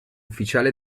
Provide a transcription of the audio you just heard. ufficiale